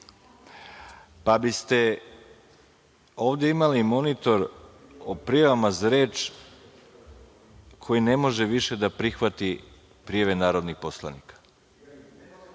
biste imali monitor o prijavama za reč koji ne može više da prihvati prijave narodnih poslanika.